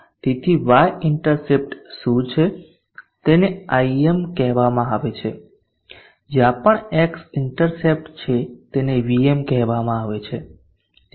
તેથી y intercept શું છે તેને Im કહેવામાં આવે છે જ્યાં પણ x ઇન્ટરસેપ્ટ છે તેને Vm કહેવામાં આવે છે